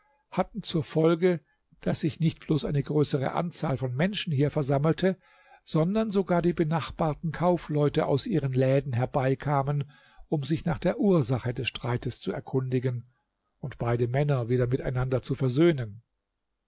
hatten zur folge daß sich nicht bloß eine größere anzahl von menschen hier versammelte sondern sogar die benachbarten kaufleute aus ihren läden herbeikamen um sich nach der ursache des streites zu erkundigen und beide männer wieder miteinander zu versöhnen